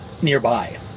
nearby